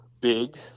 big